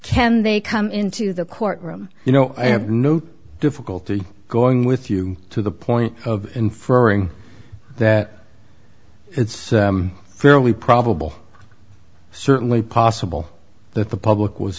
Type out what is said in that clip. can they come into the court room you know i have no difficulty going with you to the point of inferring that it's fairly probable certainly possible that the public was